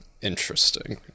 Interesting